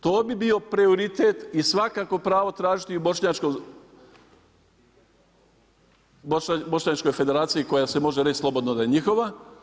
To bi bio prioritet i svakako pravo tražiti i u Bošnjačkoj Federaciji koja se može reći slobodno da je njihova.